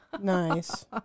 Nice